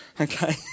okay